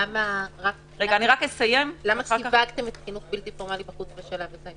למה סיווגתם חינוך בלתי פורמלי בחוץ בשלב הזה?